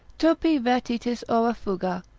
turpi vertitis ora fuga.